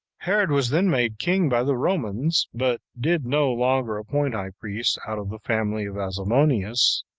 herod was then made king by the romans, but did no longer appoint high priests out of the family of asamoneus